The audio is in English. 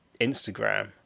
Instagram